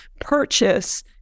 purchase